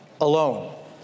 alone